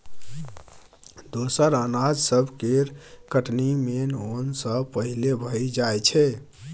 दोसर अनाज सब केर कटनी मेन ओन सँ पहिले भए जाइ छै